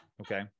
okay